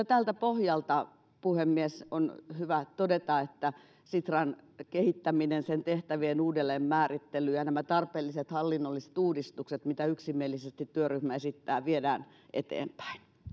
tältä pohjalta puhemies on hyvä todeta että sitran kehittämistä sen tehtävien uudelleenmäärittelyä ja näitä tarpeellisia hallinnollisia uudistuksia mitä yksimielisesti työryhmä esittää viedään eteenpäin